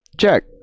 Check